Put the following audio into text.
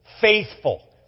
faithful